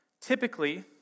typically